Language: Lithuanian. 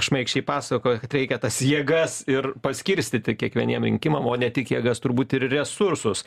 šmaikščiai pasakojo kad reikia tas jėgas ir paskirstyti kiekvieniem rinkimam o ne tik jėgas turbūt ir resursus